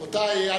רבותי.